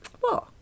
What